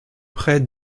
près